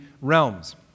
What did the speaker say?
realms